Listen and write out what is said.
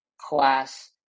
class